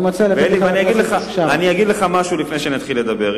אלי, אני אגיד לך משהו לפני שאני אתחיל לדבר.